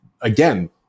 again